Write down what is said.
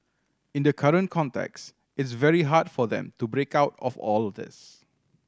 in the current context it's very hard for them to break out of all this